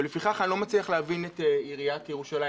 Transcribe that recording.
ולפיכך אני לא מצליח להבין את עיריית ירושלים.